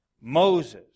Moses